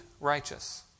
righteous